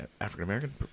African-American